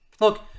Look